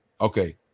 Okay